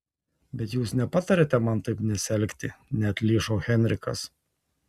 bet jūs nepatariate man taip nesielgti neatlyžo henrikas